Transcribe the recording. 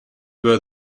were